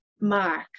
mark